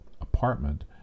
apartment